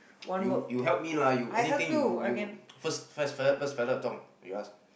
you you help me lah you anything you you first first first fella Zhong you ask